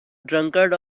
drunkard